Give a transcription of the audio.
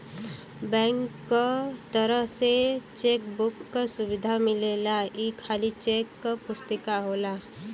bank क तरफ से चेक बुक क सुविधा मिलेला ई खाली चेक क पुस्तिका होला